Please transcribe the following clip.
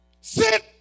Sit